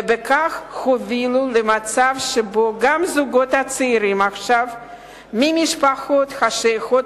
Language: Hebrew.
ובכך הובילו למצב שבו גם הזוגות הצעירים ממשפחות השייכות